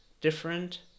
Different